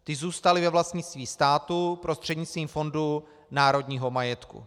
Ty zůstaly ve vlastnictví státu prostřednictvím Fondu národního majetku.